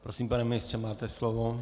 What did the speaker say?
Prosím, pane ministře, máte slovo.